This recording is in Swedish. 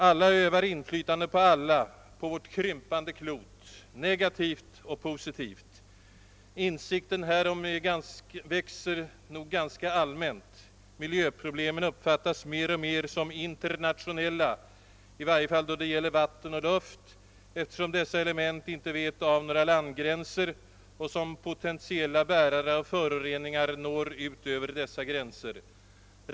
Alla övar inflytande på alla på vårt krympande klot, negativt och positivt. Insikten härom växer nog ganska allmänt. Miljöproblemen uppfattas mer och mer som internationella, i varje fall då det gäller vatten och luft, eftersom dessa element inte vet av några landgränser och som potentiella bärare av föroreningar når utöver dessa gränser.